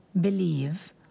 believe